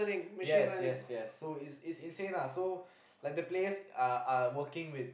yes yes yes so it's it's insane so like the player are are working